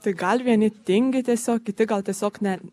tai gal vieni tingi tiesiog kiti gal tiesiog ne